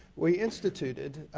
we instituted